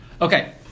Okay